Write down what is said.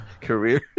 Career